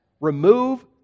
remove